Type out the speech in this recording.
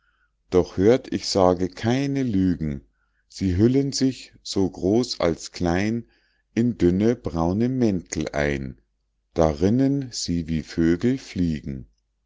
doch hört ich sage keine lügen sie hüllen sich so groß als klein in dünne braune mäntel ein darinnen sie wie vögel fliegen